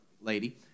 lady